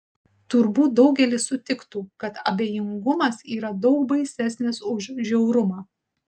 turbūt daugelis sutiktų kad abejingumas yra daug baisesnis už žiaurumą